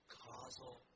causal